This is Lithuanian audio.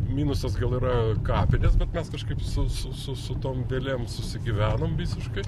minusas gal yra kapinės bet mes kažkaip su su su su tom vėlėm susigyvenom visiškai